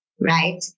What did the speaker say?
right